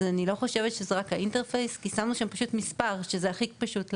אני לא חושבת שזה רק האינטרספייס כי שמנו מספר שכך הכי פשוט להגיע,